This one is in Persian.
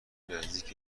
نزدیک